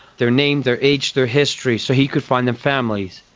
their name, their age, their history, so he could find them families.